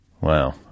Wow